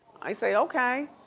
i say, okay.